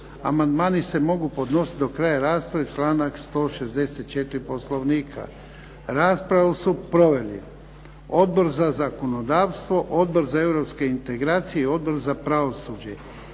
Amandmani se mogu podnositi do kraja rasprave članak 164. Poslovnika. Raspravu su proveli Odbor za zakonodavstvo, Odbor za europske integracije i Odbor za pravosuđe.